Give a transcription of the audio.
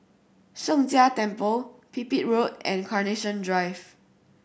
Sheng Jia Temple Pipit Road and Carnation Drive